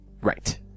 Right